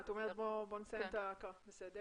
בסדר.